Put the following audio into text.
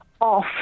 Off